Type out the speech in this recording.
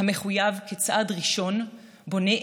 המחויב, כצעד ראשון בונה אמון,